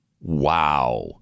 Wow